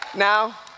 Now